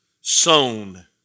sown